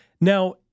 Now